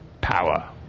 Power